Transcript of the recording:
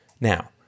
Now